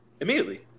immediately